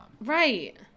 Right